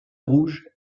rouge